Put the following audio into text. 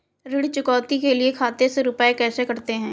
ऋण चुकौती के लिए खाते से रुपये कैसे कटते हैं?